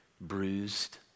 bruised